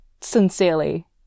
sincerely